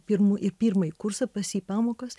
pirmu į pirmąjį kursą pas jį pamokas